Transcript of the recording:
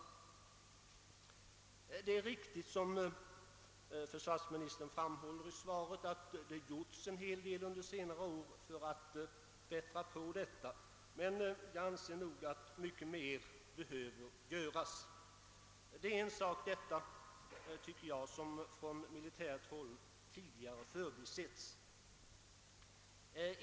Det är riktigt, som försvarsministern framhåller i svaret, att det gjorts en hel del under senare år för att förbättra personalvården, men jag anser att mycket mer behöver göras. Detta är en sak, tycker jag, som från militärt håll tidigare förbisetts.